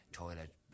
toilet